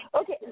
Okay